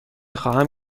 خواهم